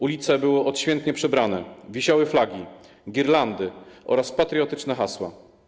Ulice były odświętnie przybrane, wisiały flagi, girlandy oraz patriotyczne hasła.